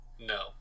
No